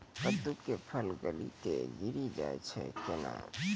कददु के फल गली कऽ गिरी जाय छै कैने?